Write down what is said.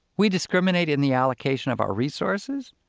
we discriminate in the allocation of our resources.